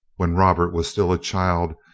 when robert was still a child,